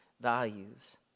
values